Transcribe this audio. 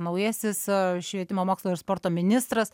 naujasis švietimo mokslo ir sporto ministras